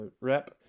rep